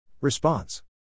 Response